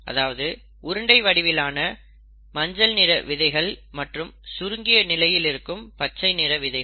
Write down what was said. அதாவது உருண்டை வடிவிலான மஞ்சள் நிற விதைகள் மற்றும் சுருங்கிய நிலையில் இருக்கும் பச்சை நிற விதைகள்